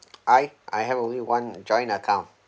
I I have only one joint account